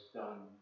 done